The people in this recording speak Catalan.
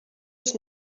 els